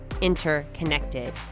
interconnected